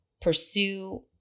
pursue